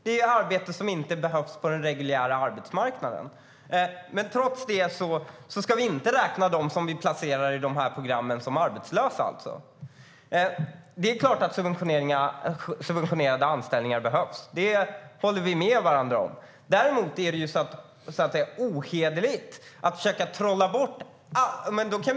Det är arbeten som inte behövs på den reguljära arbetsmarknaden. Trots det ska vi alltså inte räkna dem som placeras i programmen som arbetslösa. Det är klart att subventionerade anställningar behövs. Det är vi överens om. Däremot är det ohederligt att försöka trolla bort arbetslösa.